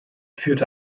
führte